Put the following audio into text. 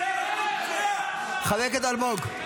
זה ארגון פשיעה ------ חבר הכנסת אלמוג.